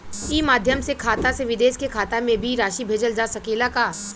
ई माध्यम से खाता से विदेश के खाता में भी राशि भेजल जा सकेला का?